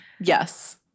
Yes